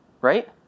Right